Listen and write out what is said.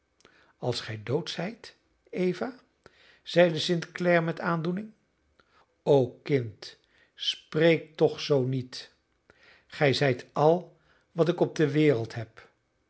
als gij dood zijt eva zeide st clare met aandoening o kind spreek toch zoo niet gij zijt al wat ik op de wereld heb